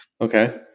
Okay